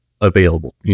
available